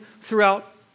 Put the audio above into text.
throughout